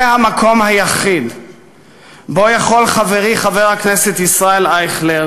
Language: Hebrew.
זה המקום היחיד שבו יכול חברי חבר הכנסת ישראל אייכלר